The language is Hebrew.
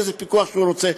לאיזה פיקוח שהוא רוצה.